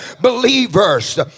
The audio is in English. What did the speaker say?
believers